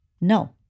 no